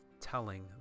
telling